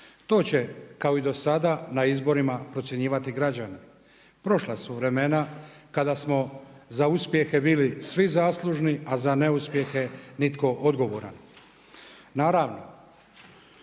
To će kao i do sada na izborima procjenjivati građani. Prošla su vremena kada smo za uspjehe bili svi zaslužni, a za neuspjehe nitko odgovoran.